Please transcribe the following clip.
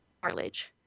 cartilage